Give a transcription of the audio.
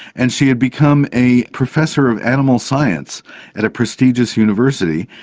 and she had become a professor of animal science at a prestigious university,